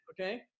okay